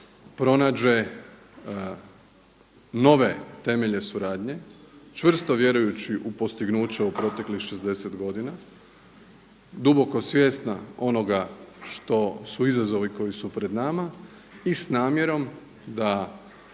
pronađe nove temelje suradnje čvrsto vjerujući u postignuće u proteklih 60 godina duboko svjesna onoga što su izazovi koji su pred nama i s namjerom da